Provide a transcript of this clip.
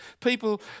People